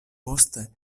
poste